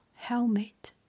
Helmet